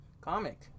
comic